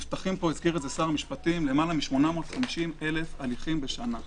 נפתחים פה למעלה מ-850,000 הליכים בשנה.